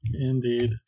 Indeed